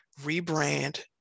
rebrand